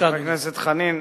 חבר הכנסת חנין,